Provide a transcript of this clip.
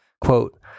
Quote